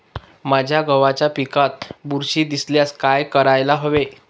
माझ्या गव्हाच्या पिकात बुरशी दिसल्यास काय करायला हवे?